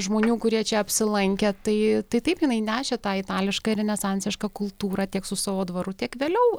žmonių kurie čia apsilankę tai tai taip jinai nešė tą itališką renesansišką kultūrą tiek su savo dvaru tiek vėliau